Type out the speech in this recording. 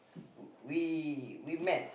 we we met